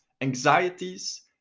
anxieties